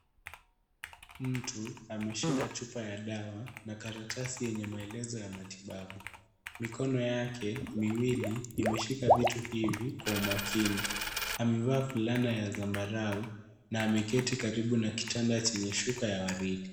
Mtu ameshika chupa ya dawa na karatasi yenye maelezo ya matibabu. Mikono yake miwili, imeshika vitu hivi, kwa umakini. Amevaa fulana ya zambarua na ameketi karibu na kitanda chenye shuka ya waridi.